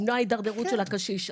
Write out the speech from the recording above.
למנוע הידרדרות של הקשיש,